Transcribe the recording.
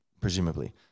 Presumably